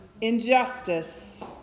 injustice